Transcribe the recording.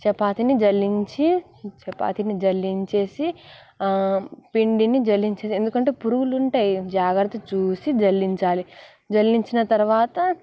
చపాతిని జల్లించి చపాతిని జల్లించేసి పిండిని జల్లించేసి ఎందుకంటే పురుగులు ఉంటాయి జాగ్రత్తగా చూసి జల్లించాలి జల్లించిన తర్వాత